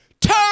turn